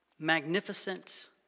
magnificent